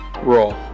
roll